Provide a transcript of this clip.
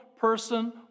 person